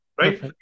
right